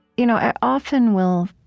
you know i often will